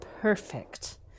perfect